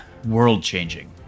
World-changing